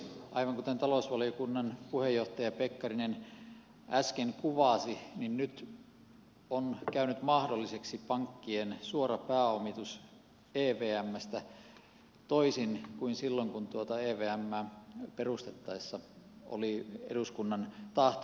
aivan kuten talousvaliokunnan puheenjohtaja pekkarinen äsken kuvasi nyt on käynyt mahdolliseksi pankkien suora pääomitus evmstä toisin kuin evmää perustettaessa oli eduskunnan tahto